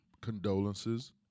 Condolences